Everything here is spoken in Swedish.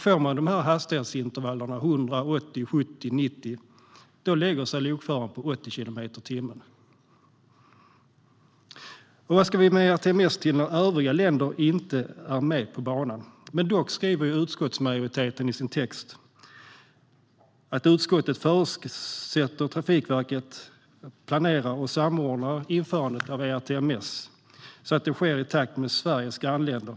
Får man hastighetsintervallerna 100-80-70-90, då lägger sig lokföraren på 80 kilometer per timme. Vad ska vi med ERTMS till när övriga länder inte är med på banan? Utskottsmajoriteten skriver dock i sin text: "Utskottet förutsätter att Trafikverket planerar och samordnar införandet av ERTMS så att det sker i takt med Sveriges grannländer.